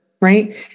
right